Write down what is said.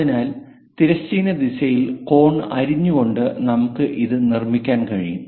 അതിനാൽ തിരശ്ചീന ദിശയിൽ കോൺ അരിഞ്ഞുകൊണ്ട് നമുക്ക് ഇത് നിർമ്മിക്കാൻ കഴിയും